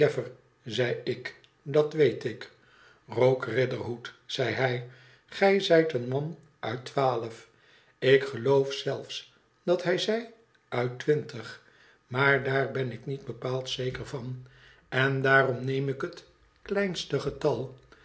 zei ik dat weet ik trogue riderhood zei hij gij zijt een man uit twaalf ik geloof zelfs dat hij zei uit t rintig maar daar ben ik niet bepaald zeker van en daarom neem ik het kleinste getal